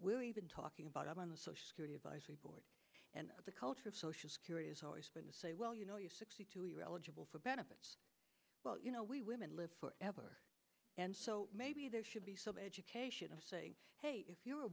we're even talking about on the social security advisory board and the culture of social security has always been to say well you know you're sixty two you're eligible for benefits well you know we women live forever and so maybe there should be some education hey if you're a